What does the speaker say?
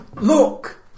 look